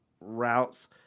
routes